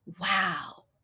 wow